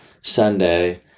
Sunday